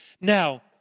Now